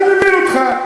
אני מבין אותך,